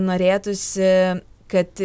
norėtųsi kad